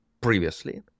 previously